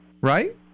Right